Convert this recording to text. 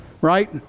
right